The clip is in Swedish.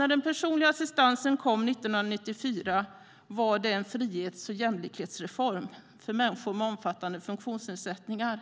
När den personliga assistansen kom 1994 var det en frihets och jämlikhetsreform för människor med omfattande funktionsnedsättningar.